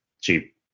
cheap